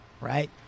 right